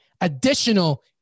additional